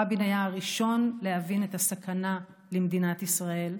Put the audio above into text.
רבין היה הראשון להבין את הסכנה למדינת ישראל,